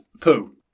Poo